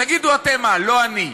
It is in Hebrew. תגידו אתם מה, לא אני.